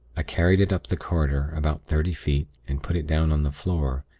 i carried it up the corridor, about thirty feet, and put it down on the floor,